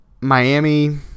Miami